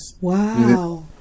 wow